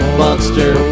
monster